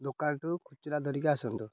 ଦୋକାନ ଠୁ ଖୁଚୁରା ଧରିକି ଆସନ୍ତୁ